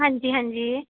ਹਾਂਜੀ ਹਾਂਜੀ